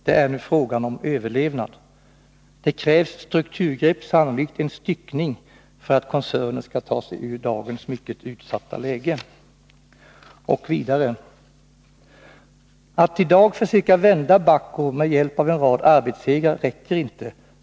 Det är nu frågan om retagen Bahco överlevnad. Det krävs strukturgrepp, sannolikt en styckning, för att — och Sandvik koncernen skall ta sig ur dagens mycket utsatta läge.” Vidare sägs i artikeln: ”Att i dag försöka vända Bahco med hjälp av en rad arbetssegrar räcker inte.